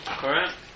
Correct